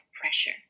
pressure